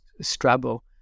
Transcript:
Strabo